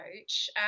coach